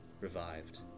revived